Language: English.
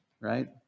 right